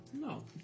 No